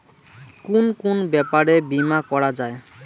কুন কুন ব্যাপারে বীমা করা যায়?